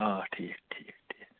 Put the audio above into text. آ ٹھیٖک ٹھیٖک ٹھیٖک